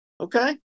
Okay